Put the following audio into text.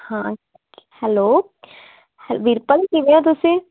ਹਾਂ ਹੈਲੋ ਵੀਰਪਲ ਕਿਵੇਂ ਹੋ ਤੁਸੀਂ